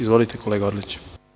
Izvolite, kolega Orliću.